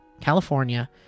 California